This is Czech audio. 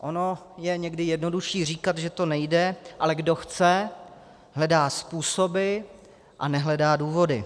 Ono je někdy jednodušší říkat, že to nejde, ale kdo chce, hledá způsoby a nehledá důvody.